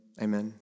amen